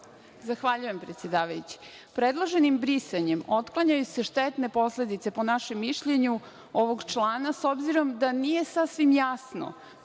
Zahvaljujem, predsedavajući. Predloženim brisanjem otklanjaju se štetne posledice, po našem mišljenju, ovog člana, s obzirom da nije sasvim jasno